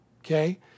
Okay